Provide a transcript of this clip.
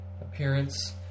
appearance